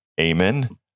Amen